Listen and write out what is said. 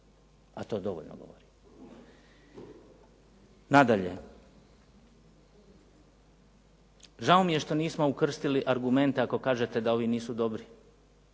A to dovoljno govori. Nadalje, žao mi je što nismo ukrstili argumente ako kažete da ovi nisu dobri.